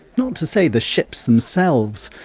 not to say the ships themselves,